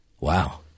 Wow